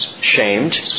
shamed